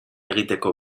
egiteko